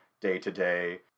day-to-day